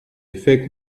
effet